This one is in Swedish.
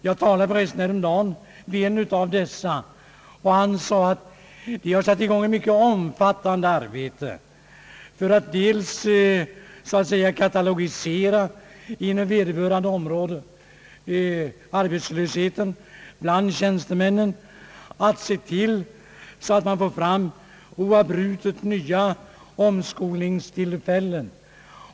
Jag talade förresten häromdagen med en av dessa tjänste män och han sade, att de hade satt i gång ett mycket omfattande arbete för att dels så att säga katalogisera inom vederbörande område arbetslösheten bland tjänstemännen, dels att se till att man oavbrutet får fram nya omskolningstillfällen.